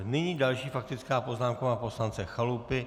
Nyní další faktická poznámka pana poslance Chalupy.